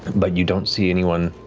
but you don't see anyone